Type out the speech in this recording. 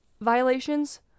violations